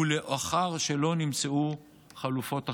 ולאחר שלא נמצאו חלופות אחרות.